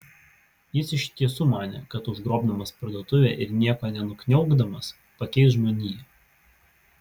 jis iš tiesų manė kad užgrobdamas parduotuvę ir nieko nenukniaukdamas pakeis žmoniją